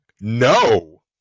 No